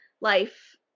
life